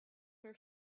her